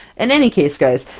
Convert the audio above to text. in any case guys,